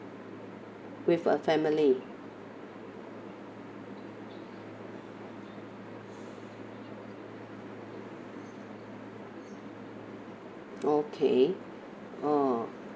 with a family okay oh